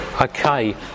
okay